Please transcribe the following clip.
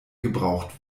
gebraucht